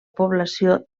població